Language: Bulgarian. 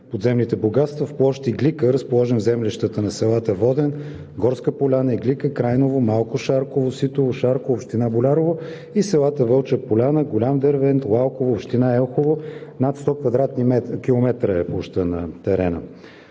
подземните богатства, в площ „Иглика“, разположена в землищата на селата Воден, Горска поляна, Иглика, Крайново, Малко Шарково, Ситово, Шарково – община Болярово, и селата Вълча поляна, Голям Дервент, Лалково – община Елхово. Площта на терена